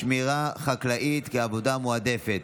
שמירה חקלאית כעבודה מועדפת),